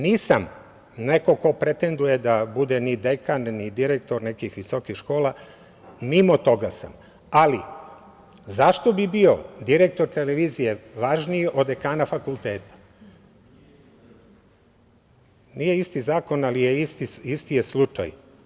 Nisam neko ko pretenduje da bude dekan, ni direktor nekih visokih škola, mimo toga sam, ali zašto bi bio direktor televizije važniji od dekana fakulteta? (Marko Atlagić: Nije isti zakon.) Nije isti zakon, ali je isti slučaj.